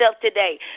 today